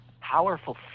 powerful